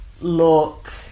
look